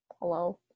hello